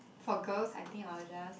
for girls I think I'll just